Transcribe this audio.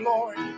Lord